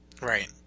right